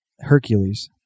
Hercules